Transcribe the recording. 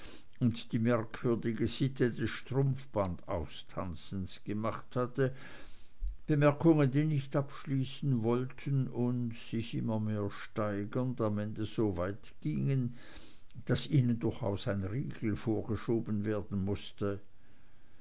und die merkwürdige sitte des strumpfbandaustanzens gemacht hatte bemerkungen die nicht abschließen wollten und sich immer mehr steigernd am ende so weit gingen daß ihnen durchaus ein riegel vorgeschoben werden mußte